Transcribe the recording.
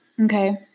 Okay